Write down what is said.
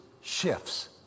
shifts